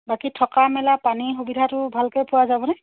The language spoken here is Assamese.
বাকী থকা মেলা পানী সুবিধাটো ভালকে পোৱা যাবনে